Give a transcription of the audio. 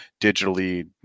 digitally